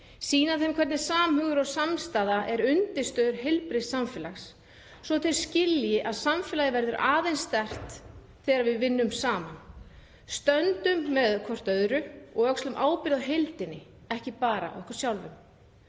sýna þeim hvernig samhugur og samstaða er undirstaða heilbrigðs samfélags svo að þau skilji að samfélagið verður aðeins sterkt þegar við vinnum saman. Stöndum með hvert öðru og öxlum ábyrgð á heildinni, ekki bara okkur sjálfum.